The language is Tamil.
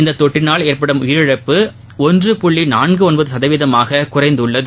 இத்தொற்றினால் ஏற்படும் உயிரிழப்பு ஒன்று புள்ளி நான்கு ஒன்பது சதவீதமாக குறைந்துள்ளது